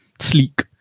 sleek